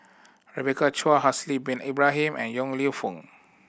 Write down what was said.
Rebecca Chua Haslir Bin Ibrahim and Yong Lew Foong